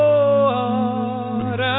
Lord